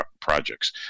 projects